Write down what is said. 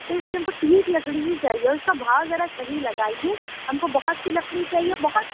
تو اِس لیے ہم کو ٹیک لکڑی ہی چاہیے اور اِس کا بھاؤ ذرا صحیح لگائیے ہم کو بہت سی لکڑی چاہیے اور بہت